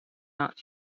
not